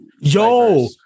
yo